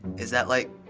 is that like